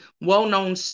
well-known